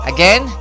Again